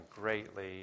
greatly